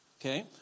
Okay